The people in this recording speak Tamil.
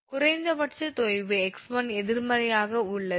குறைந்தபட்ச தொய்வு 𝑥1 எதிர்மறையாக உள்ளது